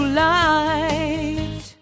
light